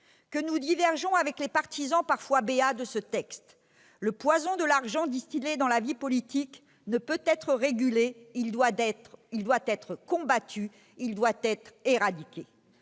que nous divergeons avec les partisans, parfois béats, de ces projets de loi. Le poison de l'argent distillé dans la vie politique ne peut être régulé, il doit être combattu, il doit être éradiqué.